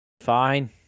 Fine